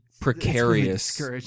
precarious